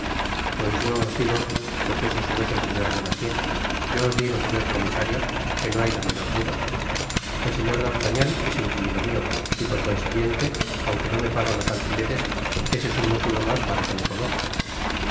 pues yo os digo repuso á su vez el señor bonacieux yo os digo señor comisario que no hay la menor duda el señor d'artagnan es inquilino mio y por consiguiente aunque no me paga los alquileres ese es un motivo mas para que le conozca